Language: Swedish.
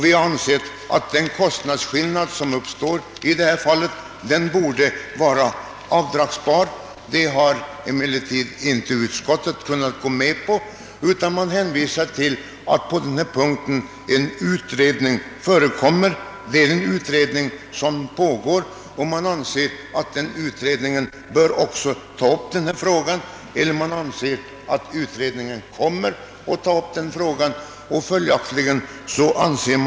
Vi anser att den kostnadsskillnad som uppstår i sådana här fall borde vara avdragsgill. Utskottet har emellertid inte velat tillstyrka detta utan hänvisar till att en utredning arbetar. Utredningen bör, anser utskottsmajoriteten, även ta upp denna fråga, och följaktligen förordar utskottsmajoriteten för närvarande inte någon åtgärd.